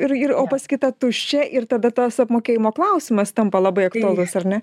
ir ir o pas kitą tuščia ir tada tas apmokėjimo klausimas tampa labai aktualus ar ne